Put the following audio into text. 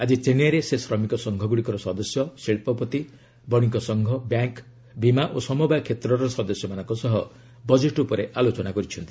ଆଜି ଚେନ୍ନାଇରେ ସେ ଶ୍ରମିକ ସଂଘଗୁଡ଼ିକର ସଦସ୍ୟ ଶିଳ୍ପପତି ବଶିକ ସଂଘ ବ୍ୟାଙ୍କ୍ ବିମା ଓ ସମବାୟ କ୍ଷେତ୍ରର ସଦସ୍ୟମାନଙ୍କ ସହ ବଜେଟ୍ ଉପରେ ଆଲୋଚନା କରିଛନ୍ତି